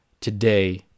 Today